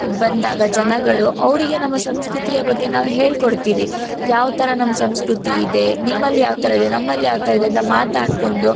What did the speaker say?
ಬಂದಾಗ ಜನಗಳು ಅವರಿಗೆ ನಮ್ಮ ಸಂಸ್ಕೃತಿಯ ಬಗ್ಗೆ ನಾವು ಹೇಳ್ಕೊಡ್ತೀವಿ ಯಾವ ಥರ ನಮ್ಮ ಸಂಸ್ಕೃತಿ ಇದೆ ನಿಮ್ಮಲ್ಲಿ ಯಾವ ಥರ ಇದೆ ನಮ್ಮಲ್ಲಿ ಯಾವ ಥರ ಇದೆ ಅಂತ ಮಾತಾಡಿಕೊಂಡು